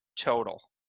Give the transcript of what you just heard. total